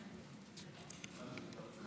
בבקשה.